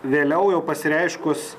vėliau jau pasireiškus